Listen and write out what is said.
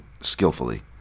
skillfully